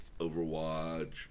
overwatch